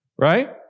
right